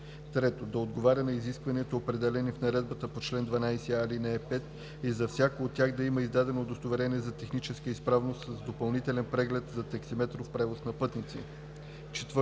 3. да отговаря на изискванията, определени в наредбата по чл. 12а, ал. 5 и за всяко от тях да има издадено удостоверение за техническа изправност с допълнителен преглед за таксиметров превоз на пътници;